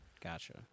Gotcha